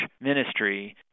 ministry